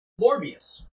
Morbius